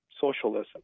socialism